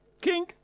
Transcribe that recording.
King